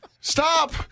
Stop